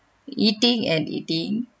eating and eating